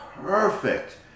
perfect